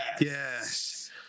Yes